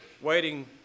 waiting